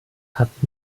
hat